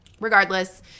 regardless